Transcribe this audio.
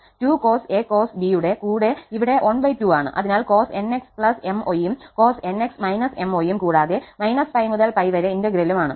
2 cos 𝑎 cos 𝑏 യുടെ കൂടെയിവിടെ ½ ആണ് അതിനാൽ cos𝑛𝑥 𝑚𝑦 യും cos𝑛𝑥 − 𝑚𝑦 യും കൂടാതെ 𝜋 മുതൽ 𝜋 വരെ ഇന്റെഗ്രേലും ആണ്